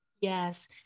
Yes